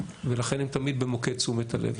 ולכן הם תמיד במוקד תשומת הלב.